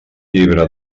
llibre